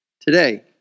today